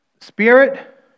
Spirit